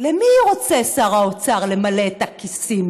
למי רוצה שר האוצר למלא את הכיסים